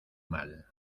mal